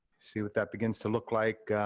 see what that begins to look like,